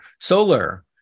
solar